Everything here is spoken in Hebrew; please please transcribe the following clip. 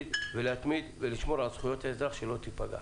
להתמיד בשמירה על זכויות האזרח שלא תיפגענה.